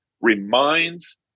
reminds